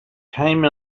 came